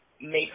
make